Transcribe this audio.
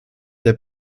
der